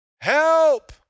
Help